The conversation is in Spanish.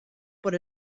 por